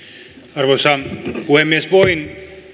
arvoisa puhemies voin